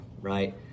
right